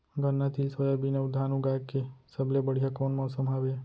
गन्ना, तिल, सोयाबीन अऊ धान उगाए के सबले बढ़िया कोन मौसम हवये?